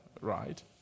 right